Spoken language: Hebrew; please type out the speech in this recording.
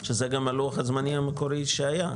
שזה גם לוח הזמנים המקורי שהיה,